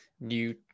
new